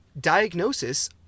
diagnosis